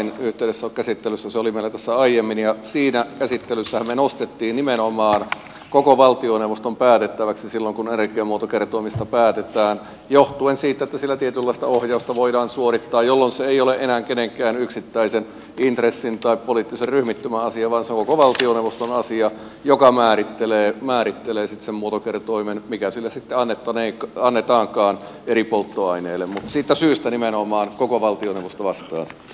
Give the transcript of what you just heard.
se oli meillä tässä aiemmin ja siinä käsittelyssähän me nostimme nimenomaan koko valtioneuvoston päätettäväksi sen silloin kun energiamuotokertoimista päätetään johtuen siitä että sillä tietynlaista ohjausta voidaan suorittaa jolloin se ei ole enää kenenkään yksittäisen intressin tai poliittisen ryhmittymän asia vaan se on koko valtioneuvoston asia ja valtioneuvosto määrittelee sitten sen muotokertoimen mikä sen esittää onneton ei kukaan sitten annetaankaan eri polttoaineille mutta nimenomaan siitä syystä koko valtioneuvosto vastaa sitten